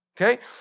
okay